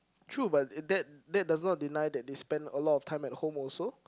true but it that that does not deny that they spend a lot of time at home also